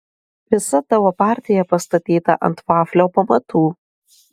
visa tavo partija pastatyta ant vaflio pamatų